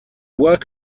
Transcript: work